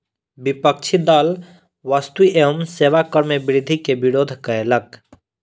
विपक्षी दल वस्तु एवं सेवा कर मे वृद्धि के विरोध कयलक